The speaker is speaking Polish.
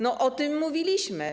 No, o tym mówiliśmy.